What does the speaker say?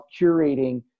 curating